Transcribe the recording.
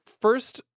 first